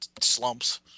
slumps